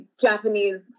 Japanese